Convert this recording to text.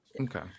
okay